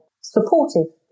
supportive